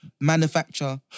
Manufacture